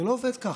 זה לא עובד ככה.